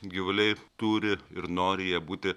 gyvuliai turi ir nori jie būti